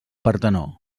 partenó